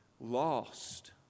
Lost